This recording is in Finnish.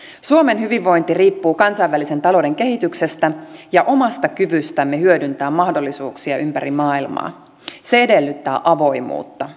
suomen hyvinvointi riippuu kansainvälisen talouden kehityksestä ja omasta kyvystämme hyödyntää mahdollisuuksia ympäri maailmaa se edellyttää avoimuutta